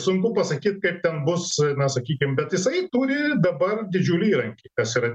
sunku pasakyt kaip ten bus na sakykim bet jisai turi dabar didžiulį įrankį kas yra